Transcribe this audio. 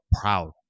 proud